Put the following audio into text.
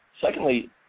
Secondly